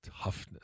toughness